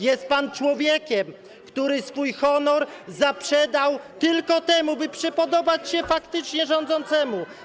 Jest pan człowiekiem, który swój honor zaprzedał tylko temu, by przypodobać się faktycznie rządzącemu.